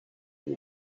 will